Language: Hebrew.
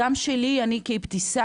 גם אני אבתיסאם,